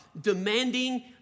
demanding